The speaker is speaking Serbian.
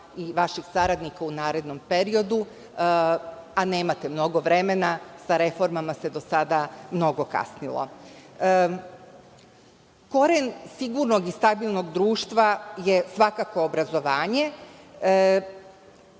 i vaših saradnika u narednom periodu, a nemate mnogo vremena, sa reformama se do sada mnogo kasnilo. Koren sigurnog i stabilnog društva je svakako obrazovanje.